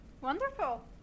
Wonderful